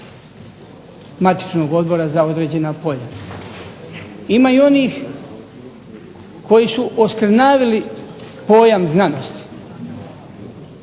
matičnog odbora za određena polja. Ima i onih koji su oskrnavili pojam znanosti.